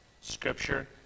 scripture